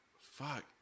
fuck